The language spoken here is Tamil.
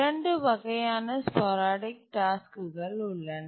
2 வகையான ஸ்போரடிக் டாஸ்க்குகள் உள்ளன